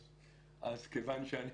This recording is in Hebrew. אז כיוון שאני